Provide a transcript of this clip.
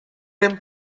dem